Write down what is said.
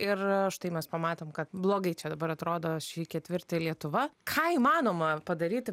ir štai mes pamatėm kad blogai čia dabar atrodo šį ketvirtį lietuva ką įmanoma padaryti